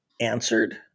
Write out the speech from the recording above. answered